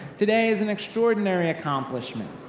today is an extraordinary accomplishment,